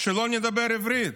שלא נדבר עברית,